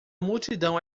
multidão